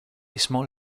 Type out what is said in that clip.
small